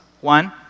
One